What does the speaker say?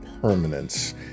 permanence